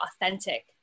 authentic